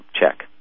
check